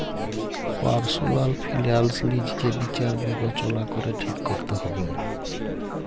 personal finance লিজকে বিচার বিবচলা ক্যরে ঠিক ক্যরতে হুব্যে